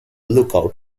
lookout